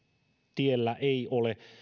tiellä ei ole